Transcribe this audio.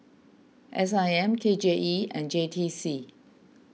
S I M K J E and J T C